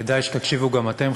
כדאי שתקשיבו גם אתם,